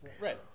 Right